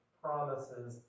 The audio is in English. promises